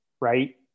right